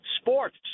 Sports